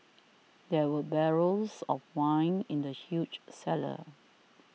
there were barrels of wine in the huge cellar